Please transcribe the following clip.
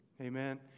Amen